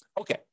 Okay